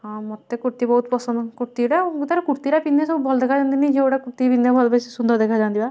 ହଁ ମତେ କୁର୍ତ୍ତୀ ବହୁତ ପସନ୍ଦ କୁର୍ତ୍ତୀଗୁଡ଼ା ମୁଁ ତାର କୁର୍ତ୍ତୀଗୁଡ଼ା ପିନ୍ଧେ ସବୁ ଭଲ ଦେଖାଯାଅନ୍ତିନି ଯେଉଁଗୁଡ଼ା କୁର୍ତ୍ତୀ ପିନ୍ଧେ ବେଶୀ ସୁନ୍ଦର ଦେଖାଯାଆନ୍ତି ବା